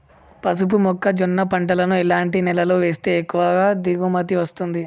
పసుపు మొక్క జొన్న పంటలను ఎలాంటి నేలలో వేస్తే ఎక్కువ దిగుమతి వస్తుంది?